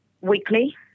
Weekly